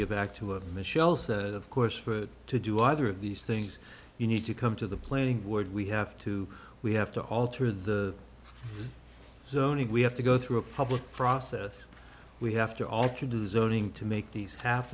give back to michel's that of course for it to do either of these things you need to come to the planning would we have to we have to alter the zoning we have to go through a public process we have to alter designing to make these ha